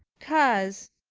cause,